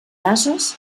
ases